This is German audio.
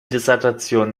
dissertation